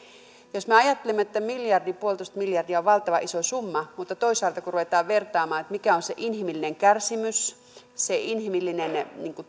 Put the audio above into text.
me ajattelemme että yksi viiva yksi pilkku viisi miljardia on valtavan iso summa mutta toisaalta kun ruvetaan vertaamaan mikä on se inhimillinen kärsimys se inhimillinen